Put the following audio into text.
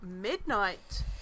Midnight